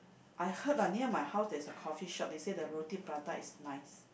I heard ah near my house there's a coffee shop they say the roti prata is nice